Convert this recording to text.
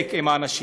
צדק לאנשים.